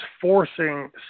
forcing